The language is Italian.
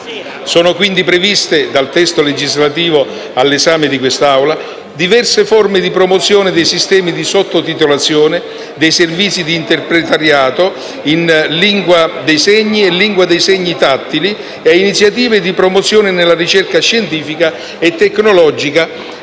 Sono quindi previste, dal testo legislativo all'esame dell'Assemblea, diverse forme di promozione dei sistemi di sottotitolazione, dei servizi di interpretariato in lingua dei segni e in lingua dei segni tattile e iniziative di promozione della ricerca scientifica e tecnologica